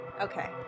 Okay